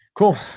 Cool